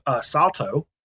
Salto